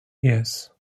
yes